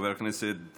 חבר הכנסת